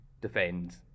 defend